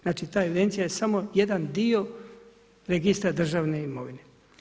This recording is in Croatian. Znači, ta evidencija je samo jedan dio registra državne imovine.